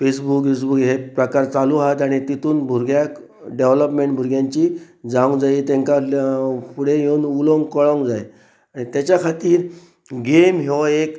Facebook युूजबूक हे प्रकार चालू आसात आनी तितून भुरग्याक डेवलपमेंट भुरग्यांची जावंक जायी तांकां फुडें येवन उलोवंक कळोंक जाय आनी तेच्या खातीर गेम हो एक